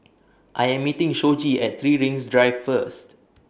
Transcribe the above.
I Am meeting Shoji At three Rings Drive First